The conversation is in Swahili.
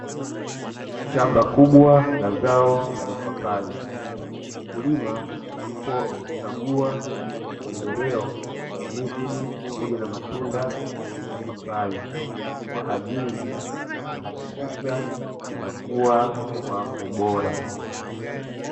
Shamba kubwa la zao la mipapai, mkulima yupo akikagua maendeleo ya miti pamoja na matunda ya papai, kwa ajili ya kuhakikisha yanakua kwa ubora.